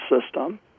system